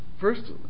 first